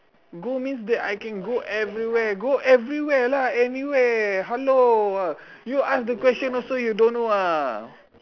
go means that I can go everywhere go everywhere lah anywhere hello you ask the question also you don't know ah